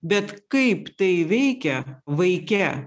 bet kaip tai veikia vaike